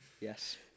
Yes